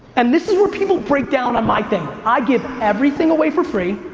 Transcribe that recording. and this is where people break down on my thing. i give everything away for free,